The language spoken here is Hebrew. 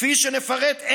כפי שנפרט,